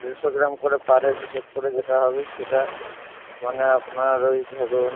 ডেড়শো gram করে per head হিসেব করে যেটা হবে সেটা মানে আপনার ওই ধরুন